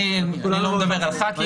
אני לא מדבר על חברי כנסת,